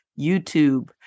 YouTube